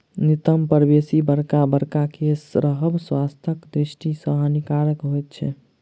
नितंब पर बेसी बड़का बड़का केश रहब स्वास्थ्यक दृष्टि सॅ हानिकारक होइत छै